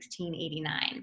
1689